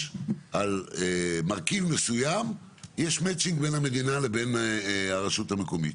על מרכיב מסוים יש מצ'ינג בין המדינה לבין הרשות המקומית.